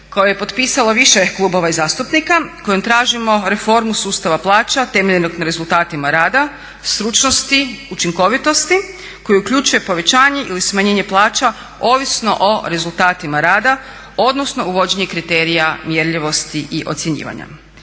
koju je potpisalo više klubova i zastupnika kojom tražimo reformu sustava plaća temeljenog na rezultatima rada, stručnosti, učinkovitosti koji uključuje povećanje ili smanjenje plaća ovisno o rezultatima rada odnosno uvođenje kriterija mjerljivosti i ocjenjivanja.